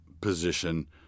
position